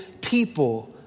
people